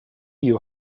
you